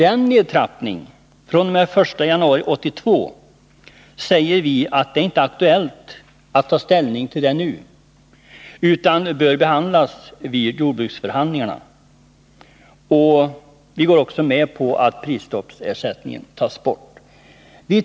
Det är, enligt vår mening, inte aktuellt att nu ta ställning till den del av förslaget som rör nedtrappningen från den 1 januari 1982. Den saken bör tas upp vid jordbruksförhandlingarna. Vi går också med Nr 45 på att prisstoppsersättningen tas bort.